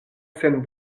sen